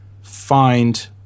find